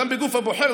גם בגוף הבוחר,